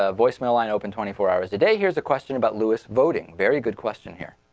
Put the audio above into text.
ah voicemail i open twenty four hours a day here's a question about louis voting very good question here